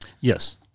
Yes